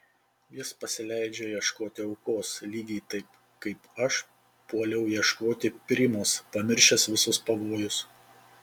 jis pasileidžia ieškoti aukos lygiai taip kaip aš puoliau ieškoti primos pamiršęs visus pavojus